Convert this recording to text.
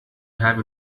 have